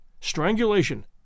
strangulation